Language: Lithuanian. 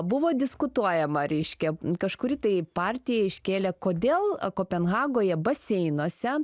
buvo diskutuojama reiškia kažkuri tai partija iškėlė kodėl kopenhagoje baseinuose